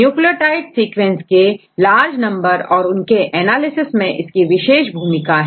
nucleotide sequence के large number और उनके एनालिसिस में इसकी विशेष भूमिका है